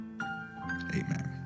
Amen